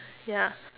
ya